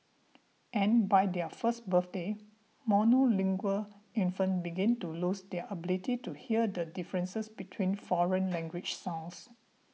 and by their first birthdays monolingual infants begin to lose their ability to hear the differences between foreign language sounds